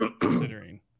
considering